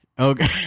Okay